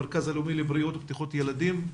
המרכז הלאומי לבריאות ובטיחות ילדים.